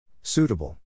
Suitable